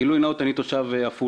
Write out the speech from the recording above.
גילוי נאות אני תושב עפולה.